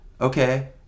okay